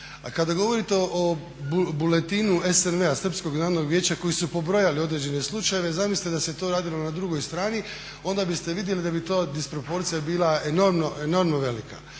Kada govorite o buletinu SNV-a (Srpskog narodnog vijeća) koji su pobrojali određene slučajeve zamislite da se to radilo na drugoj strani onda biste vidjeli da bi to disproporcija bila enormno velika.